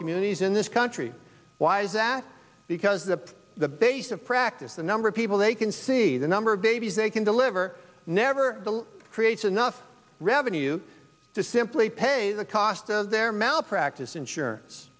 communities in this country why is that because the the base of practice the number of people they can see the number of babies they can deliver never creates enough revenue to simply pay the cost of their malpractise insurance